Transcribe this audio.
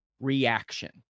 reaction